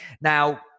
Now